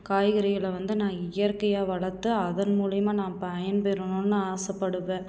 காய்கறிகளை வந்து நான் இயற்கையாக வளர்த்து அதன் மூலியமாக நான் பயன்பெறணும்ன்னு ஆசைப்படுவேன்